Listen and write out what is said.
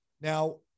Now